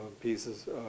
pieces